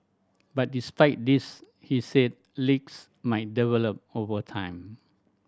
but despite this he said leaks might develop over time